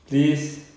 please